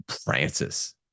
Francis